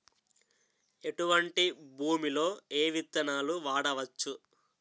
ఎటువంటి భూమిలో ఏ విత్తనాలు వాడవచ్చు?